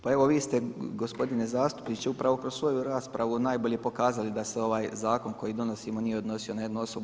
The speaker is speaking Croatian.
Pa evo vi ste gospodine zastupniče upravo kroz svoju raspravu najbolje pokazali da se ovaj zakon koji donosimo nije odnosio na jednu osobu.